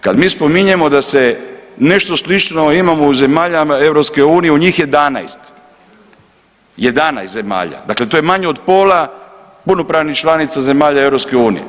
Kad mi spominjemo da se nešto slično imamo u zemljama EU u njih 11, 11 zemalja, dakle to je manje od pola punopravnih članica zemalja EU.